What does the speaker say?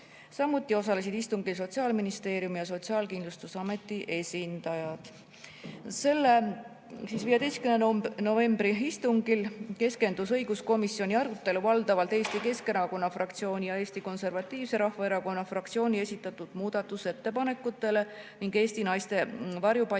Samuti osalesid istungil Sotsiaalministeeriumi ja Sotsiaalkindlustusameti esindajad. Sellel 15. novembri istungil keskendus õiguskomisjoni arutelu valdavalt Eesti Keskerakonna fraktsiooni ja Eesti Konservatiivse Rahvaerakonna fraktsiooni esitatud muudatusettepanekutele ning Eesti Naiste Varjupaikade